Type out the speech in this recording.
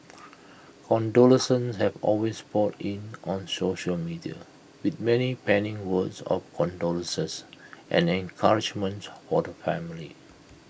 condolences have also poured in on social media with many penning words of condolences and encouragement for the family